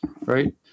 right